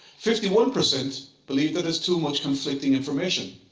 fifty one percent believe that there's too much conflicting information.